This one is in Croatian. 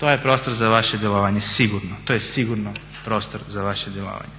To je prostor za vaše djelovanje sigurno, to je sigurno prostor za vaše djelovanje.